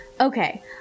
Okay